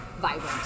vibrant